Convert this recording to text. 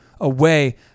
away